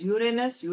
Uranus